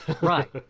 right